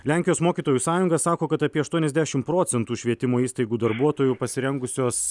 lenkijos mokytojų sąjunga sako kad apie aštuoniasdešim procentų švietimo įstaigų darbuotojų pasirengusios